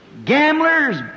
Gamblers